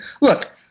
Look